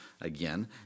again